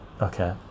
okay